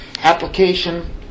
Application